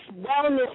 wellness